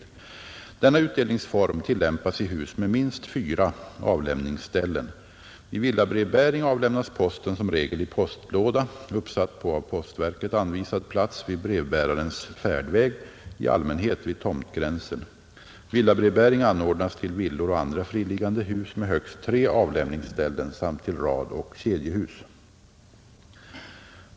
Denna utdelningsform tillämpas i hus med minst fyra avlämningsställen. Vid villabrevbäring avlämnas posten som regel i postlåda, uppsatt på av postverket anvisad plats vid brevbärarens färdväg, i allmänhet vid tomtgränsen. Villabrevbäring anordnas till villor och andra friliggande hus med högst tre avlämningsställen samt till radoch kedjehus.